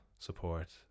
Support